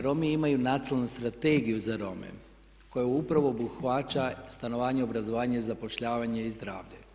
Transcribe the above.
Romi imaju Nacionalnu strategiju za Rome koja upravo obuhvaća stanovanje i obrazovanje, zapošljavanje i zdravlje.